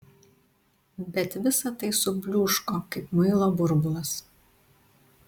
bet visa tai subliūško kaip muilo burbulas